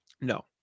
no